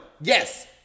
Yes